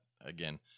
again